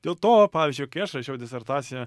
dėl to pavyzdžiui kai aš rašiau disertaciją